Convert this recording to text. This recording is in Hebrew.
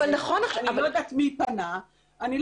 אני לא יודעת מי פנה --- נכון.